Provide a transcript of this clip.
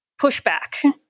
pushback